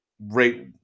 right